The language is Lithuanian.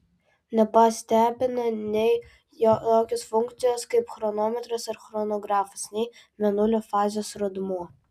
nebestebina nei tokios funkcijos kaip chronometras ar chronografas nei mėnulio fazės rodmuo